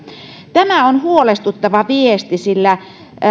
tämä on huolestuttava viesti sillä